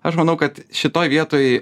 aš manau kad šitoj vietoj